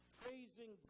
praising